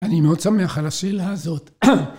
אני מאוד שמח על השאלה הזאת.